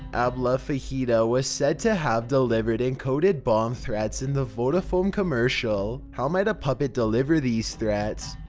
abla fahita was said to have delivered encoded bomb threats in the vodafone commercial. how might a puppet deliver these threats?